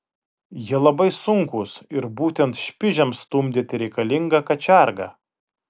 jie labai sunkūs ir būtent špižiams stumdyti reikalinga kačiarga